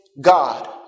God